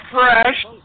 fresh